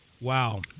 Wow